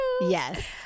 Yes